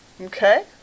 Okay